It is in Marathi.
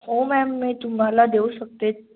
हो मॅम मी तुम्हाला देऊ शकते